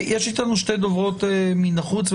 יש איתנו שתי דוברות מן החוץ,